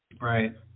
Right